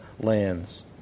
lands